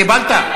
קיבלת?